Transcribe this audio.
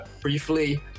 briefly